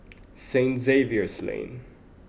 Sing Xavier's Lane